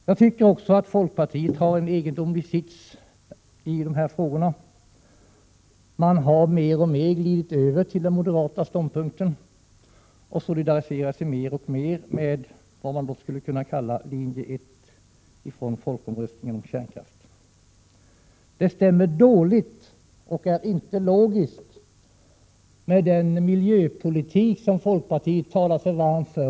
Jag tycker också att folkpartiet har en egendomlig sits i de här frågorna. Man har mer och mer glidit över till den moderata ståndpunkten och solidariserar sig mer och mer med vad vi skulle kunna kalla Linje 1 från folkomröstningen om kärnkraft. Det är inte logiskt och stämmer dåligt med den miljöpolitik som folkpartiet talat sig varmt för.